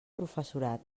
professorat